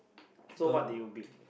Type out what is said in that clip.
so what do you build